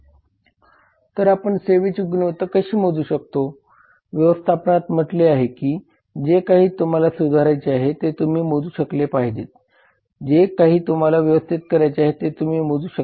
तर आपण सेवेची गुणवत्ता कशी मोजू शकतो व्यवस्थापनात असे म्हटले आहे की जे काही तुम्हाला सुधारायचे आहे ते तुम्ही मोजू शकला पाहिजे जे काही तुम्हाला व्यवस्थापित करायचे आहे ते तुम्ही मोजू शकता